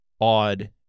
odd